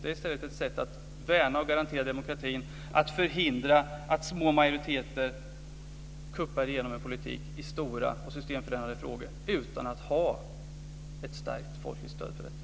Det är i stället ett sätt att värna och garantera demokratin, att förhindra att små majoriteter "kuppar" igenom en politik i stora och systemförändrande frågor utan att man har ett starkt folkligt stöd för detta.